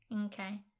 Okay